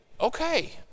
okay